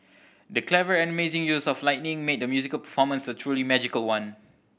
the clever and amazing use of lighting made the musical performance a truly magical one